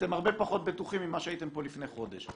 אתם הרבה פחות בטוחים ממה שהייתם פה לפני חודש.